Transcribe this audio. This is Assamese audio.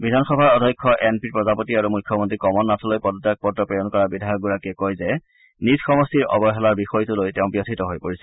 বিধানসভাৰ অধ্যক্ষ এন পি প্ৰজাপতি আৰু মুখ্যমন্ত্ৰী কমল নাথলৈ পদত্যাগপত্ৰ প্ৰেৰণ কৰা বিধায়কগৰাকীয়ে কয় যে নিজ সমষ্টিৰ অৱহেলাৰ বিষয়টো লৈ তেওঁ ব্যথিত হৈ পৰিছে